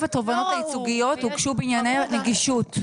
התובענות הייצוגיות הוגשו בענייני נגישות.